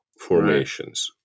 formations